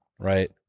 Right